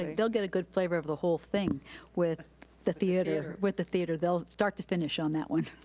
they'll get a good flavor of the whole thing with the theater, with the theater. they'll start to finish on that one.